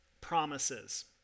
promises